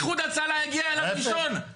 איחוד הצלה הגיע אליו ראשון,